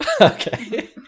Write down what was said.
Okay